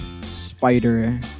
Spider